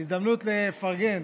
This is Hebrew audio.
הזדמנות לפרגן